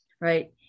right